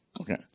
Okay